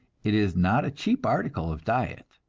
it is not a cheap article of diet,